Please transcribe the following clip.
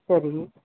சரி